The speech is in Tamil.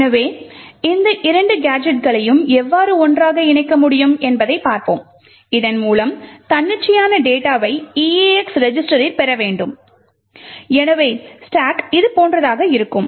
எனவே இந்த இரண்டு கேஜெட்களையும் எவ்வாறு ஒன்றாக இணைக்க முடியும் என்பதைப் பார்ப்போம் இதன்மூலம் தன்னிச்சையான டேட்டா வை eax ரெஜிஸ்டரில் பெற முடியும் எனவே ஸ்டாக் இதுபோன்றதாக இருக்கும்